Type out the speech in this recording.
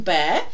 Bear